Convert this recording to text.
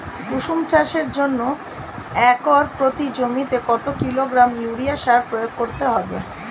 কুসুম চাষের জন্য একর প্রতি জমিতে কত কিলোগ্রাম ইউরিয়া সার প্রয়োগ করতে হবে?